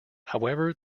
however